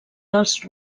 dels